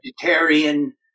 vegetarian